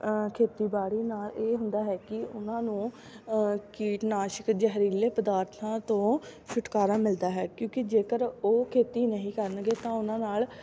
ਖੇਤੀਬਾੜੀ ਨਾਲ ਇਹ ਹੁੰਦਾ ਹੈ ਕਿ ਉਹਨਾਂ ਨੂੰ ਕੀਟਨਾਸ਼ਕ ਜ਼ਹਿਰੀਲੇ ਪਦਾਰਥਾਂ ਤੋਂ ਛੁਟਕਾਰਾ ਮਿਲਦਾ ਹੈ ਕਿਉਂਕਿ ਜੇਕਰ ਉਹ ਖੇਤੀ ਨਹੀਂ ਕਰਨਗੇ ਤਾਂ ਉਹਨਾਂ ਨਾਲ